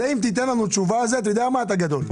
אם תיתן לנו את תשובה על זה, אתה גדול.